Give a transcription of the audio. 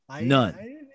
none